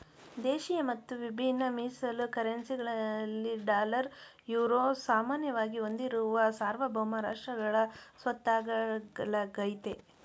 ದೇಶಿಯ ಮತ್ತು ವಿಭಿನ್ನ ಮೀಸಲು ಕರೆನ್ಸಿ ಗಳಲ್ಲಿ ಡಾಲರ್, ಯುರೋ ಸಾಮಾನ್ಯವಾಗಿ ಹೊಂದಿರುವ ಸಾರ್ವಭೌಮ ರಾಷ್ಟ್ರಗಳ ಸ್ವತ್ತಾಗಳಾಗೈತೆ